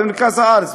במרכז הארץ,